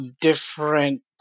different